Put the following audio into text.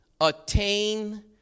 attain